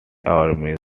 armies